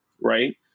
right